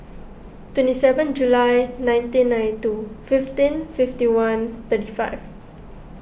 twenty seven July nineteen ninety two fifteen fifty one thirty five